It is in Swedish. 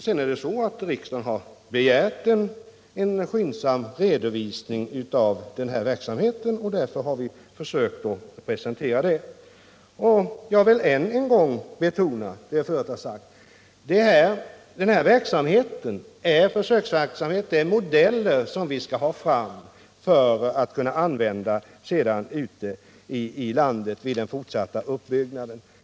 Sedan är det så att riksdagen begärt en skyndsam redovisning av den här verksamheten, och därför har vi förs"kt att presentera en sådan. Jag vill än en gång betona det jag förut sagt: Den här verksamheten är en försöksverksamhet med modeller som vi skall ha för att sedan kunna använda ute i landet vid den fortsatta uppbyggnaden.